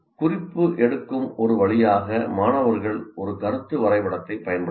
குறிப்பு எடுக்கும் ஒரு வழியாக மாணவர்கள் ஒரு கருத்து வரைபடத்தைப் பயன்படுத்தலாம்